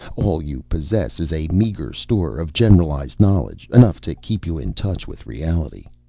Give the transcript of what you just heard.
all you possess is a meager store of generalized knowledge enough to keep you in touch with reality.